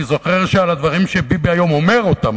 אני זוכר שעל הדברים שביבי היום אומר אותם,